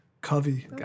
Covey